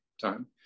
time